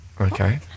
Okay